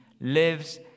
lives